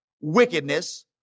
wickedness